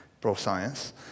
pro-science